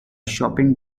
shopping